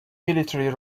military